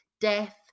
death